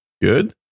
good